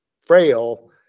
frail